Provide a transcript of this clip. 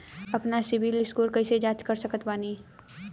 आपन CIBIL score कैसे जांच सकत बानी?